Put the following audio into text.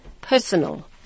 personal